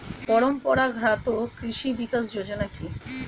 পরম্পরা ঘাত কৃষি বিকাশ যোজনা কি?